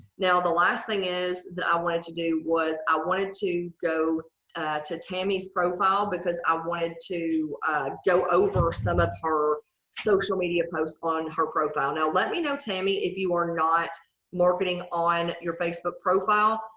now, the last thing is that i wanted to do was i wanted to go to tammy's profile because i wanted to go over some of her social media posts on her profile. now let me know tammy if you are not marketing on your facebook profile.